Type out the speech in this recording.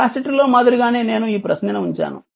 capacitor లో మాదిరిగానే నేను ఈ ప్రశ్నను ఉంచాను